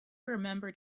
remembered